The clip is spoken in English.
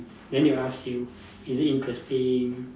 then they will ask you is it interesting